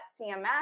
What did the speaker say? CMS